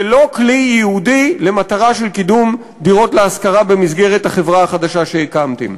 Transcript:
ולא כלי ייעודי למטרה של קידום דירות להשכרה במסגרת החברה החדשה שהקמתם.